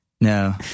No